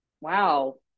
wow